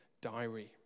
diary